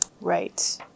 Right